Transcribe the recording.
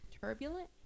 turbulent